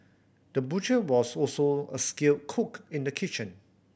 the butcher was also a skilled cook in the kitchen